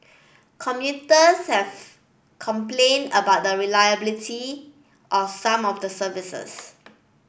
commuters have complained about the reliability of some of the services